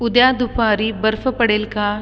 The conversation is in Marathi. उद्या दुपारी बर्फ पडेल का